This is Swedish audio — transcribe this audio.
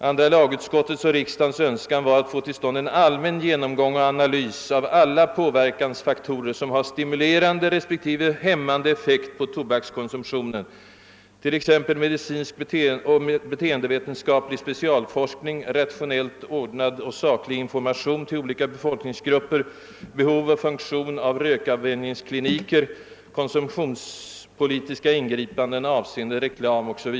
Andra lagutskottets och riksdagens: önskan var att få till stånd en allmän genomgång och analys av alla faktorer, som har stimulerande respektive hämmande effekt på tobakskonsumtionen, t.ex. medicinsk och beteendevetenskaplig specialforskning, rationellt ordnad. och saklig information till olika befolkningsgrupper, behov och funktion av rökavvänjningskliniker, konsumtionspolitiska ingripanden avseende reklam 0. S. V.